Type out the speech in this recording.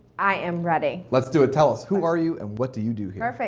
i am ready. let's do it. tell us who are you and what do you do here. perfect.